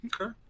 Okay